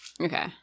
Okay